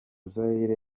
zaire